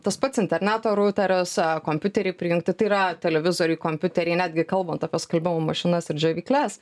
tas pats interneto ruteris a kompiuteriai prijungti tai yra televizoriai kompiuteriai netgi kalbant apie skalbimo mašinas ir džiovykles